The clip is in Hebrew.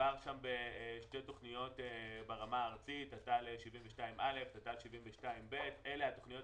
מדובר בשתי תוכניות ברמה הארצית תתל/72/א ותתל/72/ב אלה התוכניות